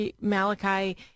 malachi